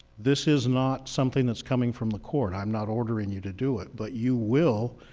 this is not something that's coming from the court, i'm not ordering you to do it but you will,